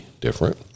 different